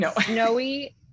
snowy